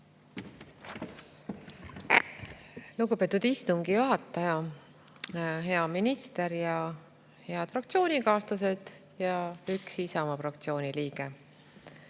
Lugupeetud istungi juhataja! Hea minister! Head fraktsioonikaaslased ja üks Isamaa fraktsiooni liige!